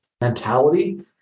mentality